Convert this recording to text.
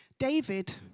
David